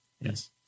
Yes